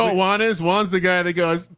juan is once the guy that goes,